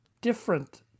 different